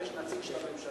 כי יש נציג של הממשלה.